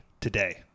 today